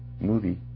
movie